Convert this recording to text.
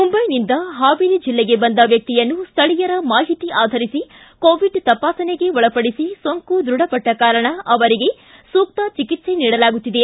ಮುಂದೈನಿಂದ ಹಾವೇರಿ ಜಿಲ್ಲೆಗೆ ಬಂದ ವ್ಯಕ್ತಿಯನ್ನು ಸ್ವೀಯರ ಮಾಹಿತಿ ಆಧರಿಸಿ ಕೋವಿಡ್ ತಪಾಸಣೆಗೆ ಒಳಪಡಿಸಿ ಸೋಂಕು ದೃಢಪಟ್ಟ ಕಾರಣ ಅವರಿಗೆ ಸೂಕ್ತ ಚಿಕಿತ್ಸೆ ನೀಡಲಾಗುತ್ತಿದೆ